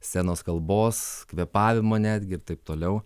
scenos kalbos kvėpavimo netgi ir taip toliau